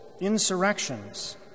insurrections